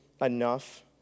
enough